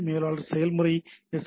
B மேலாளர் செயல்முறை S